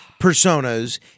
personas